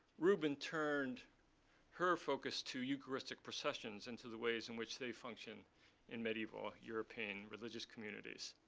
rubin turned her focus to eucharistic processions and to the ways in which they function in medieval european religious communities